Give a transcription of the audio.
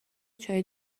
چایی